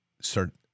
start